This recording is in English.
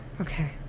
Okay